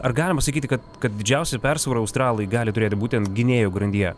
ar galima sakyti kad kad didžiausią persvarą australai gali turėti būtent gynėjų grandyje